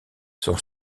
son